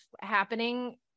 happening